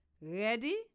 Ready